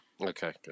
Okay